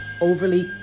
overly